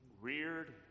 reared